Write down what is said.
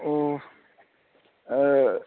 ꯑꯣ